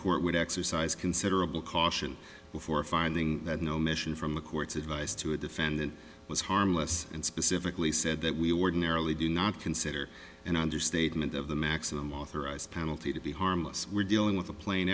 court would exercise considerable caution before finding that no mission from the courts advice to a defendant was harmless and specifically said that we ordinarily do not consider an understatement of the maximum authorized penalty to be harmless we're dealing with a pla